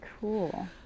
Cool